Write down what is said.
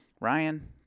Ryan